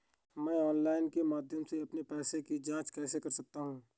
मैं ऑनलाइन के माध्यम से अपने पैसे की जाँच कैसे कर सकता हूँ?